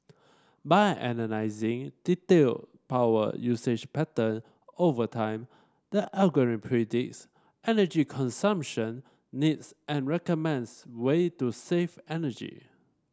by analysing detailed power usage pattern over time the algorithm predicts energy consumption needs and recommends way to save energy